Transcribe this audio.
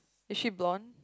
is she blonde